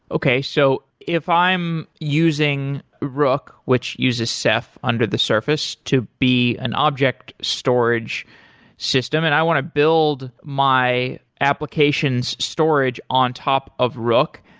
okay. so if i am using rook, which uses ceph under the surface to be an object storage system and i want to build my applications storage on top of rook.